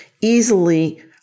easily